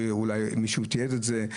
אולי מישהו תיעד את זה.